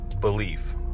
Belief